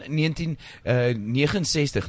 1969